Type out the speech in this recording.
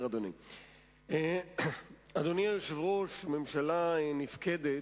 אדוני היושב-ראש, ממשלה נפקדת,